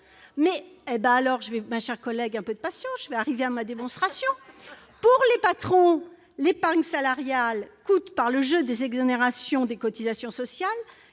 Bah alors ? Ma chère collègue, un peu de patience, j'en arrive à ma démonstration. Pour les patrons, l'épargne salariale, par le jeu des exonérations de cotisations sociales,